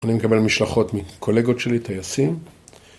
אני מקבל משלחות מקולגות שלי, טייסים.